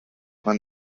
man